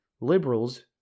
liberals